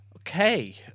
okay